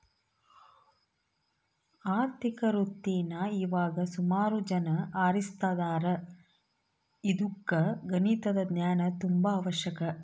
ಆರ್ಥಿಕ ವೃತ್ತೀನಾ ಇವಾಗ ಸುಮಾರು ಜನ ಆರಿಸ್ತದಾರ ಇದುಕ್ಕ ಗಣಿತದ ಜ್ಞಾನ ತುಂಬಾ ಅವಶ್ಯಕ